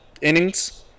innings